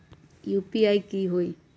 UPI की होई?